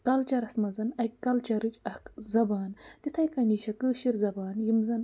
کَلچَرَس منٛز اَکہِ کَلچَرٕچ اَکھ زَبان تِتھَے کٔنی چھےٚ کٲشِر زبان یِم زَن